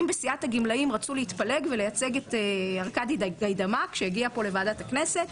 בסיעת הגמלאים רצו להתפלג ולייצג את ארקדי גיידמק שהגיע לוועדת הכנסת.